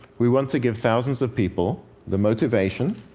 we want to give thousands of people the motivation,